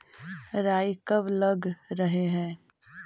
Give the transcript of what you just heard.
राई कब लग रहे है?